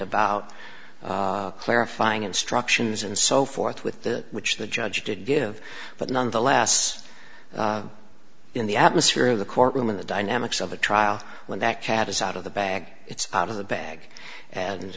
about clarifying instructions and so forth with the which the judge did give but nonetheless in the atmosphere of the courtroom and the dynamics of a trial when that cat is out of the bag it's out of the bag